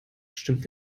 stürmt